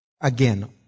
Again